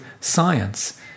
science